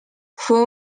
fue